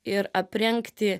ir aprengti